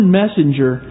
messenger